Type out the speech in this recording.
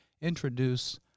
introduce